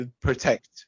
Protect